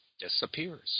disappears